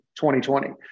2020